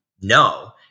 no